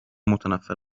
متنفر